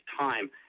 time